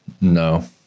no